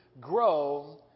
grow